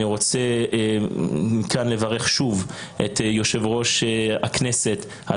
אני רוצה לברך את יושב ראש הכנסת על